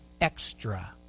extra